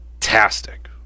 fantastic